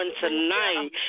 tonight